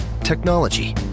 Technology